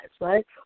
right